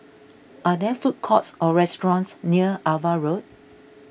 are there food courts or restaurants near Ava Road